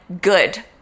good